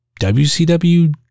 WCW